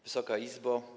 Wysoka Izbo!